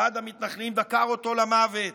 אחד המתנחלים דקר אותו למוות.